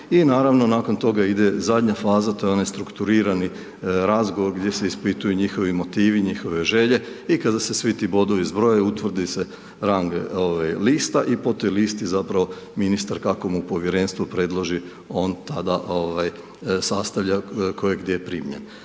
i naravno, nakon toga ide zadnja faza, to je onaj strukturirani razgovor gdje se ispituju njihovi motivi, njihove želje i kada se svi ti bodovi zbroje, utvrdi se rang lista i po toj listi zapravo, ministar kako mu povjerenstvo predloži, on tada sastavlja tko je gdje primljen.